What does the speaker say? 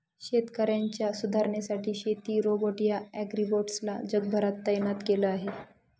शेतकऱ्यांच्या सुधारणेसाठी शेती रोबोट या ॲग्रीबोट्स ला जगभरात तैनात केल आहे